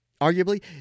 arguably